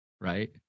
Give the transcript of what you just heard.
Right